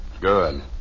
Good